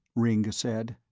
ringg said,